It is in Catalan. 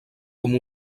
com